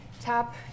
top